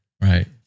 right